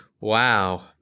Wow